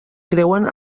creuen